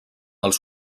els